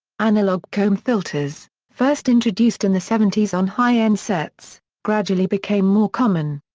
analog comb filters, first introduced in the seventy s on high-end sets, gradually became more common.